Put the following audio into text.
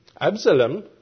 Absalom